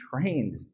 trained